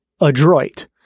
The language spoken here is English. adroit